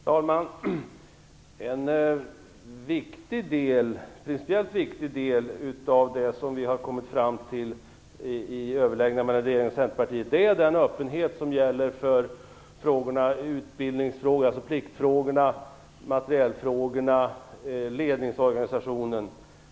Herr talman! En principiellt viktig del av det vi har kommit fram till i överläggningarna mellan regeringen och Centerpartiet är den öppenhet som gäller för pliktfrågorna, materielfrågorna och frågorna om ledningsorganisationen.